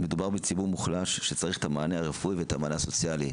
מדובר בציבור מוחלש שצריך את המענה הרפואי ואת המענה הסוציאלי.